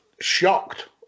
shocked